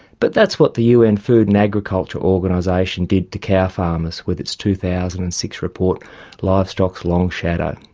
but that's what the un food and agriculture organisation did to cow farmers with its two thousand and six report livestock's long shadow.